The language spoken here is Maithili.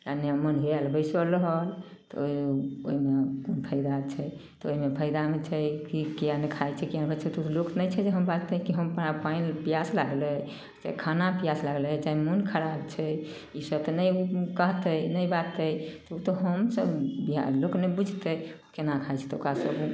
कनि मन्हवायल बैसल रहल तऽ ओइमे तऽ ओइमे फायदा छै तऽ ओिमे फयादा होइ छै की किएक नहि खाइ छै किएक नहि बैठय छै तऽ लोक नहि छै जे बाजतय जे हमरा पानि पियास लागल अइ से खाना पियास लागल अइ चाहे मोन खराब छै ई सब तऽ नहि कहतय नहि बाजतय तऽ हमसब ने ध्यान लोक ने बुझतय केना खाय छै तऽ ओकरा तऽ